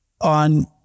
on